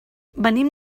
venim